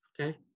Okay